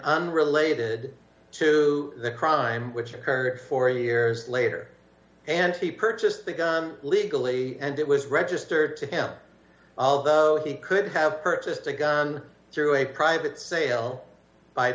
unrelated to the crime which occurred forty years later and he purchased the gun legally and it was registered to him although he could have purchased a gun through a private sale by